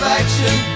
action